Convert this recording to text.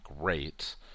great